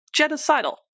genocidal